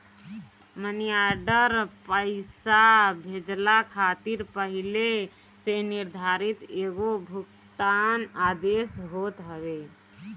मनी order पईसा भेजला खातिर पहिले से निर्धारित एगो भुगतान आदेश होत हवे